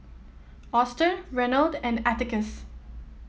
Auston Reynold and Atticus